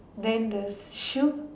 then the shoe